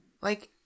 Like-